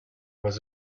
was